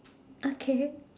okay